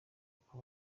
uko